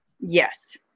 Yes